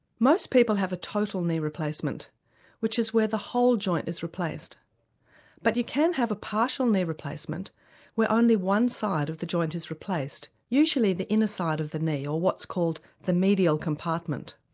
most people have a total knee replacement which is where the whole joint is replaced but you can have a partial knee replacement where only one side of the joint is replaced, usually the inner side of the knee or what's called the medial compartment.